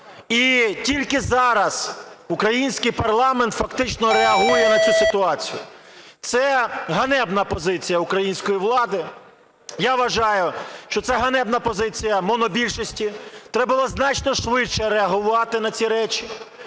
І тільки зараз український парламент фактично реагує на цю ситуацію. Це ганебна позиція української влади. Я вважаю, що це ганебна позиція монобільшості. Треба було значно швидше реагувати на ці речі.